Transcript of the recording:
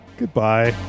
goodbye